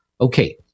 Okay